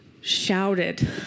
shouted